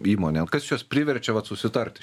įmonę kas juos priverčia vat susitarti